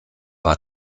war